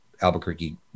Albuquerque